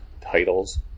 titles